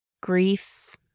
Grief